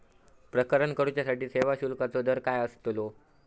प्रकरण करूसाठी सेवा शुल्काचो दर काय अस्तलो?